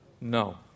No